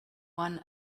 one